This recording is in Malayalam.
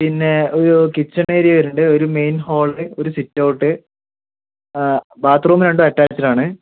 പിന്നെ ഒരു കിച്ചൺ ഏരിയ വരുന്നുണ്ട് ഒരു മെയിൻ ഹാൾ ഒരു സിറ്റ്ഔട്ട് ബാത്റൂം രണ്ടും അറ്റാച്ഡ് ആണേ